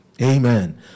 Amen